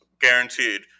guaranteed